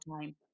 time